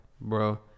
Bro